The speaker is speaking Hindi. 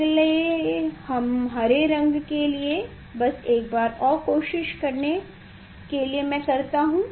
अगले हम हरे रंग के लिए बस एक बार और कोशिश मैं करता हूँ